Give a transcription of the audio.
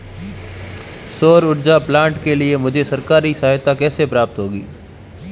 सौर ऊर्जा प्लांट के लिए मुझे सरकारी सहायता कैसे प्राप्त होगी?